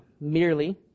merely